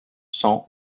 cent